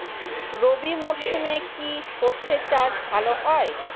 রবি মরশুমে কি সর্ষে চাষ ভালো হয়?